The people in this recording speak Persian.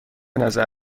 نظر